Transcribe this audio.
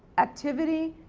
activity,